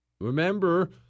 Remember